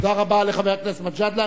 תודה רבה לחבר הכנסת מג'אדלה.